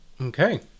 Okay